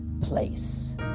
place